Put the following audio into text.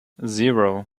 zero